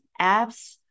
apps